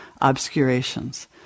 obscurations